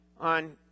on